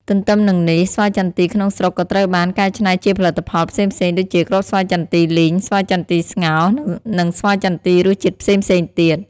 ទន្ទឹមនឹងនេះស្វាយចន្ទីក្នុងស្រុកក៏ត្រូវបាន កែច្នៃជាផលិតផលផ្សេងៗ ដូចជាគ្រាប់ស្វាយចន្ទីលីង ស្វាយចន្ទីស្ងោរ និងស្វាយចន្ទីរសជាតិផ្សេងៗទៀត។